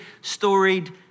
storied